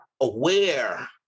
aware